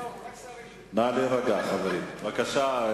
בבקשה,